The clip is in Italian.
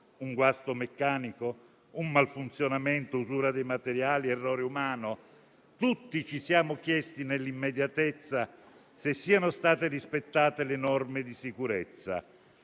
Un guasto meccanico? Un malfunzionamento? Usura dei materiali? Errore umano? Tutti ci siamo chiesti, nell'immediatezza, se siano state rispettate le norme di sicurezza.